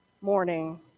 morning